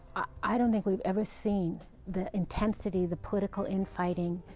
i don't think we've ever seen the intensity, the political infighting,